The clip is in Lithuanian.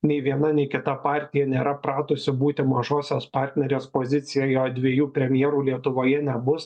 nei viena nei kita partija nėra pratusi būti mažosios partnerės pozicijoj o dviejų premjerų lietuvoje nebus